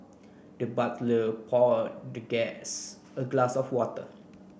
the butler pour the guess a glass of water